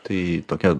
tai tokia